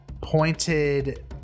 pointed